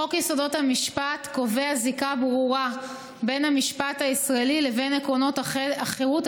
חוק יסודות המשפט קובע זיקה ברורה של המשפט הישראלי לעקרונות החירות,